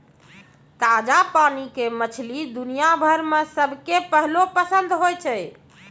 ताजा पानी के मछली दुनिया भर मॅ सबके पहलो पसंद होय छै